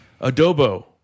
adobo